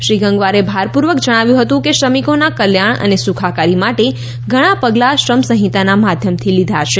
શ્રી ગંગવારે ભારપૂર્વક જણાવ્યું હતું કે શ્રમિકોના કલ્યાણ અને સુખાકારી માટે ઘણાં પગલાં શ્રમ સંહિતાના માધ્યમથી લીધા છે